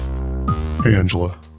Angela